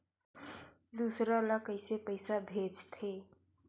दूसरा ला कइसे पईसा भेजथे?